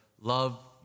love